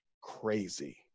crazy